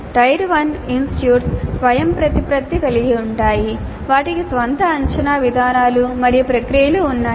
tyre 1 institutes స్వయంప్రతిపత్తి కలిగివుంటాయి వాటికి స్వంత అంచనా విధానాలు మరియు ప్రక్రియలు ఉన్నాయి